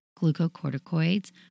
glucocorticoids